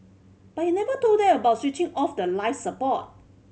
but he never told them about switching off the life support